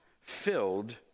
filled